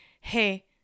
Hey